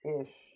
ish